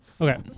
Okay